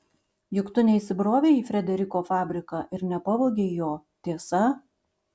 juk tu neįsibrovei į frederiko fabriką ir nepavogei jo tiesa